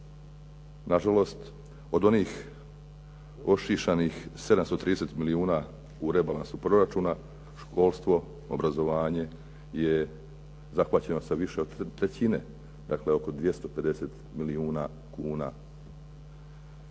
Nažalost od onih ošišanih 730 milijuna u rebalansu proračuna školstvo, obrazovanje je zahvaćeno sa više od trećine dakle oko 250 milijuna kuna.